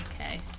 Okay